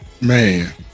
Man